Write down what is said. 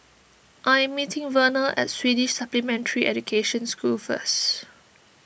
I am meeting Verner at Swedish Supplementary Education School first